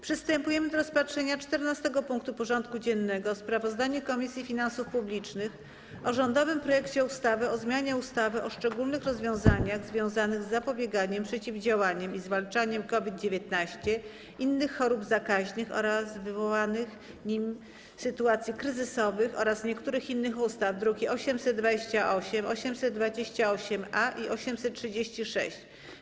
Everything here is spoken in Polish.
Przystępujemy do rozpatrzenia punktu 14. porządku dziennego: Sprawozdanie Komisji Finansów Publicznych o rządowym projekcie ustawy o zmianie ustawy o szczególnych rozwiązaniach związanych z zapobieganiem, przeciwdziałaniem i zwalczaniem COVID-19, innych chorób zakaźnych oraz wywołanych nimi sytuacji kryzysowych oraz niektórych innych ustaw (druki nr 828, 828-A i 836)